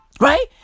right